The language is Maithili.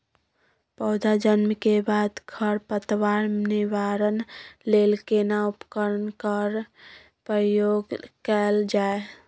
पौधा जन्म के बाद खर पतवार निवारण लेल केना उपकरण कय प्रयोग कैल जाय?